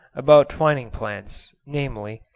about twining plants, namely,